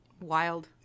wild